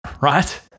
right